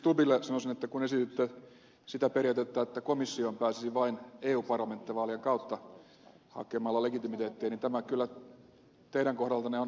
ministeri stubbille sanoisin että kun esititte sitä periaatetta että komissioon pääsisi vain eu parlamenttivaalien kautta hakemalla legitimiteettiä niin tämä kyllä teidän kohdaltanne on ehkä hivenen vaarallinen ennakkokäsitys